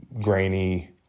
grainy